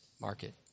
market